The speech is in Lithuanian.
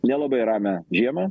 nelabai ramią žiemą